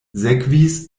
sekvis